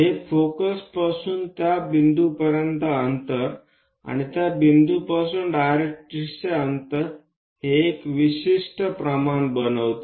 हे फोकसपासून त्या बिंदूपर्यंत अंतर आणि त्या बिंदूपासून डायरेक्ट्रिक्सचे अंतर हे एक विशिष्ट प्रमाण बनविते